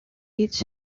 its